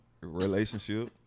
relationship